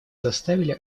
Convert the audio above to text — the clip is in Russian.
заставили